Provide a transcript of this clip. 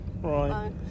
Right